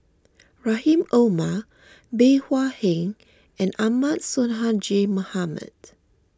Rahim Omar Bey Hua Heng and Ahmad Sonhadji Mohamad